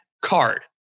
card